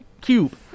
cube